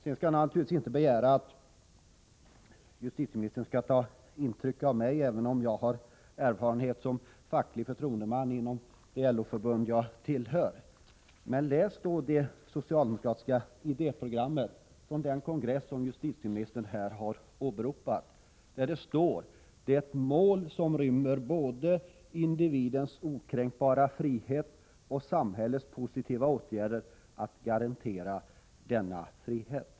Jag kan naturligtvis inte begära att justitieministern skall ta intryck av mig, även om jag har erfarenhet som facklig förtroendeman inom det LO-förbund jag tillhör. Men läs det socialdemokratiska idéprogrammet från den kongress som justitieministern här åberopat, där det står: ”Det är ett mål som rymmer både individens okränkbara frihet och samhällets positiva åtgärder för att —-—-- garantera denna frihet”.